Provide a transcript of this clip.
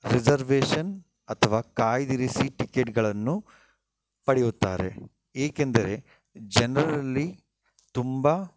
reservation ಅಥವಾ ಕಾಯ್ದಿರಿಸಿ ಟಿಕೆಟ್ಗಳನ್ನು ಪಡೆಯುತ್ತಾರೆ ಏಕೆಂದರೆ ಜನ್ರಲಲ್ಲಿ ತುಂಬಾ